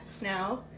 now